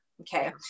okay